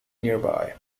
nearby